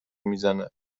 میزند